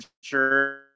sure